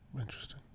Interesting